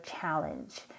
challenge